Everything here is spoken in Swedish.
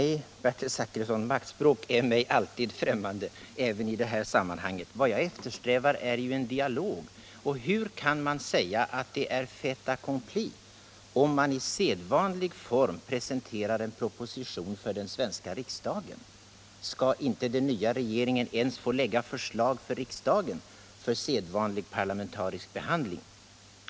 Herr talman! Nej, Bertil Zachrisson, maktspråk är mig främmande, även i detta sammanhang. Vad jag eftersträvar är en dialog. Hur kan man säga att man ställs inför fait accompli om regeringen i sedvanlig form presenterar en proposition för den svenska riksdagen? Skall den nya regeringen inte ens få framlägga förslag för riksdagen för sedvanlig parlamentarisk behandling?